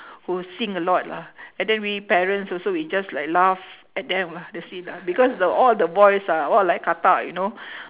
who sing a lot lah and then we parents also we just like laugh at them lah that's it lah because the all the voice ah !wah! like katak you know